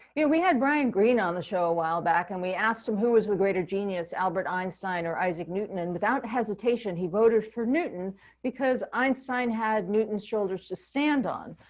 and we had brian greene on the show, a while back, and we asked him who was the greater genius, albert einstein or isaac newton, and without hesitation, he voted for newton because einstein had newton's shoulders to stand on.